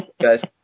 Guys